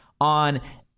on